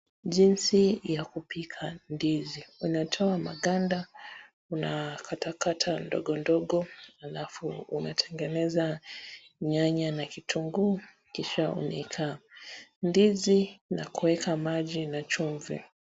Jinsi ya kupika ndizi, unatoa maganda, unakatakata ndogo ndogo, alafu unatengeneza nyanya na kitunguu, kisha unaeka ndizi na kueka maji na chumvi.